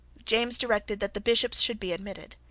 james directed that the bishops should be admitted.